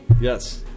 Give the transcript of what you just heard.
Yes